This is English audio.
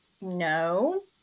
no